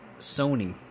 Sony